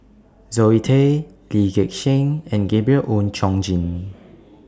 Zoe Tay Lee Gek Seng and Gabriel Oon Chong Jin